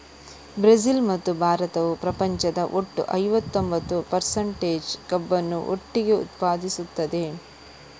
Brazil ಮತ್ತು ಭಾರತವು ಪ್ರಪಂಚದ ಒಟ್ಟು ಐವತ್ತೊಂಬತ್ತು ಪರ್ಸಂಟೇಜ್ ಕಬ್ಬನ್ನು ಒಟ್ಟಿಗೆ ಉತ್ಪಾದಿಸುತ್ತದೆ